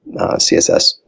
CSS